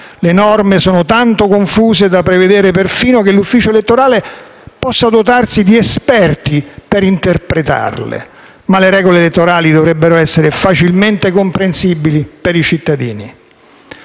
Le norme sono tanto confuse da prevedere perfino che l'Ufficio elettorale possa dotarsi di esperti per interpretarle. Ma le regole elettorali dovrebbero essere facilmente comprensibili per i cittadini.